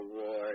award